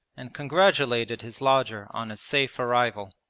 and congratulated his lodger on his safe arrival.